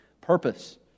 purpose